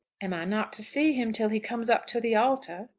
am i not to see him till he comes up to the altar?